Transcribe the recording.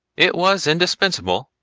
it was indispensable,